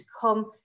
come